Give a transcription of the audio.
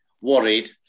worried